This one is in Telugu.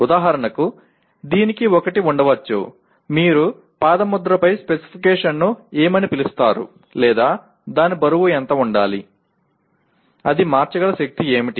ఉదాహరణకు దీనికి ఒకటి ఉండవచ్చు మీరు పాదముద్రపై స్పెసిఫికేషన్ను ఏమని పిలుస్తారు లేదా దాని బరువు ఎంత ఉండాలి అది మార్చగల శక్తి ఏమిటి